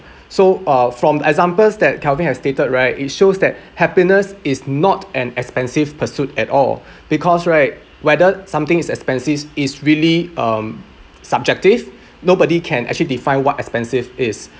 so uh from examples that calvin has stated right it shows that happiness is not an expensive pursuit at all because right whether something is expensive is really um subjective nobody can actually define what expensive is